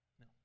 No